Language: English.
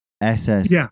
SS